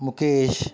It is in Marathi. मुकेश